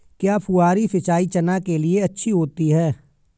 क्या फुहारी सिंचाई चना के लिए अच्छी होती है?